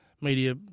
media